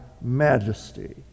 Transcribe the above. majesty